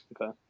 okay